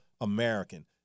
American